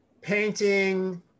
painting